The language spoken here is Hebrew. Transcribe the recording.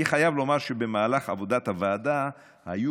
אני חייב לומר שבמהלך עבודת הוועדה היו